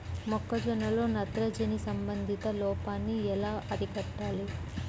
మొక్క జొన్నలో నత్రజని సంబంధిత లోపాన్ని నేను ఎలా అరికట్టాలి?